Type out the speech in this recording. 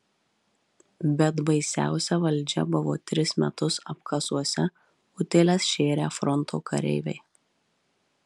bet baisiausia valdžia buvo tris metus apkasuose utėles šėrę fronto kareiviai